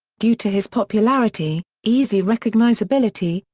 due to his popularity, easy recognizability,